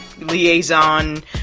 liaison